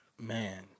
Man